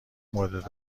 مورد